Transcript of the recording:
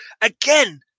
again